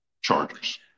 Chargers